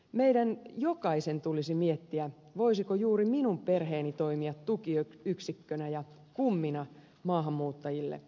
meidän jokaisen tulisi miettiä voisiko juuri minun perheeni toimia tukiyksikkönä ja kummina maahanmuuttajille